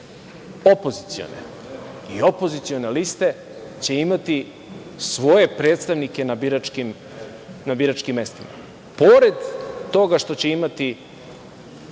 opozicione i opozicione liste će imati svoje predstavnike na biračkim mestima, pored toga što će imati